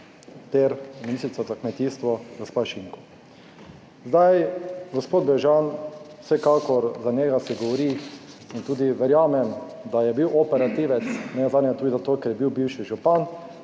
ter ministrica za kmetijstvo gospa Šinko. Gospod Brežan, vsekakor, za njega se govori in tudi verjamem, da je bil operativec, nenazadnje tudi zato, ker je bil bivši župan,